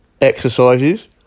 exercises